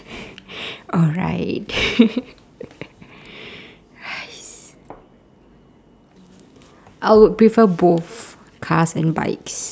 alright !hais! I would prefer both cars and bikes